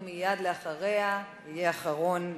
ומייד אחריה יהיה אחרון